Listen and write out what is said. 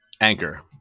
Anchor